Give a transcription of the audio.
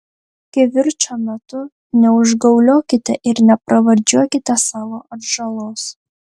kivirčo metu neužgauliokite ir nepravardžiuokite savo atžalos